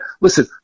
listen